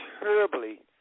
terribly